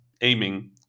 aiming